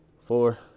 four